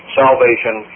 salvation